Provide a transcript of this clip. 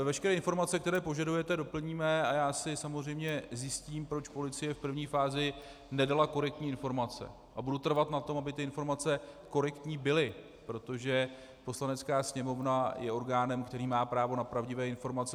Veškeré informace, které požadujete, doplníme a já si samozřejmě zjistím, proč policie v první fázi nedala korektní informace, a budu trvat na tom, aby ty informace korektní byly, protože Poslanecká sněmovna je orgánem, který má právo na pravdivé informace.